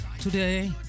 today